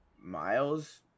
Miles